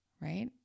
right